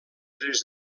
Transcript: tres